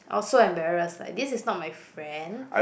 I was so embarrassed like this is not my friend